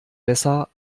besser